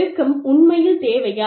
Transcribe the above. ஒழுக்கம் உண்மையில் தேவையா